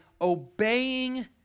obeying